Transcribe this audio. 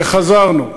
וחזרנו.